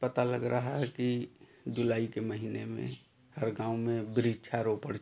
पता लग रहा है कि जुलाई के महीने में हर गाँव में वृक्षारोपण चल रहा है